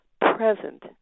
present